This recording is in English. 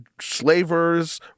slavers